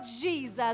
Jesus